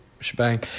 shebang